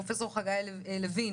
פרופסור חגי לוין,